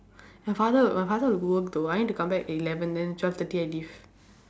my father my father will go work though I need to come back at eleven then twelve thirty I leave